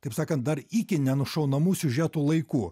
taip sakant dar iki nenušaunamų siužetų laikų